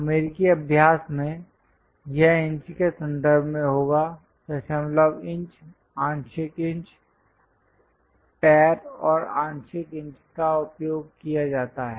अमेरिकी अभ्यास में यह इंच के संदर्भ में होगा दशमलव इंच आंशिक इंच फुट और आंशिक इंच का उपयोग किया जाता है